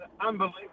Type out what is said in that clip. Unbelievable